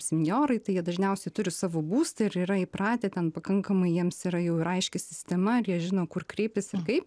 senjorai tai jie dažniausiai turi savo būstą ir yra įpratę ten pakankamai jiems yra jau ir aiški sistema ir jie žino kur kreiptis ir kaip